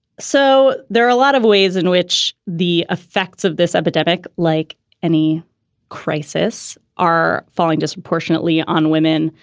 so there are a lot of ways in which the effects of this epidemic, like any crisis, are falling disproportionately on women.